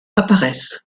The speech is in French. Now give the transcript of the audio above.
apparaissent